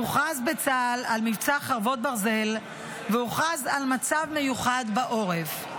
הוכרז בצה"ל על מבצע חרבות ברזל והוכרז על מצב מיוחד בעורף.